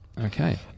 okay